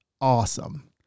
awesome